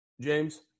James